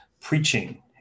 preaching